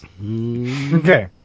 Okay